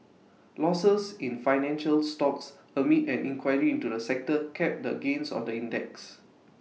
losses in financial stocks amid an inquiry into the sector capped the gains on the index